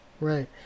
right